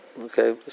Okay